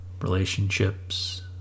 relationships